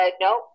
nope